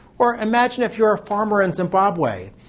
or imagine if you're a farmer and zimbabwe.